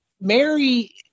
Mary